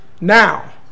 now